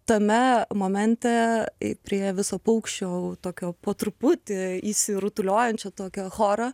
tame momente prie viso paukščių tokio po truputį įsirutuliojančio tokio choro